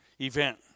event